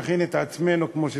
נכין את עצמנו כמו שצריך.